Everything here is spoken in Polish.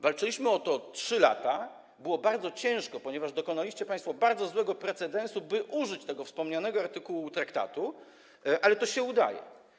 Walczyliśmy o to 3 lata, było bardzo ciężko, ponieważ dokonaliście państwo bardzo złego precedensu, by użyć tego wspomnianego artykułu traktatu, ale to się udaje.